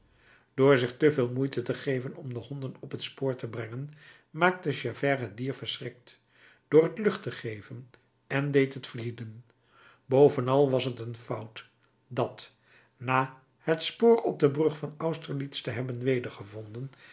door zich te veel moeite te geven om de honden op het spoor te brengen maakte javert het dier verschrikt door het lucht te geven en deed het vlieden bovenal was t een fout dat na het spoor op de brug van austerlitz te hebben